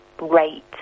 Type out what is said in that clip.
rate